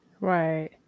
Right